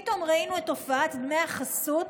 פתאום ראינו את תופעת דמי החסות